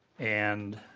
and